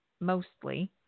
Mostly